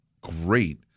great